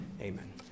Amen